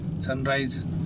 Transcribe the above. sunrise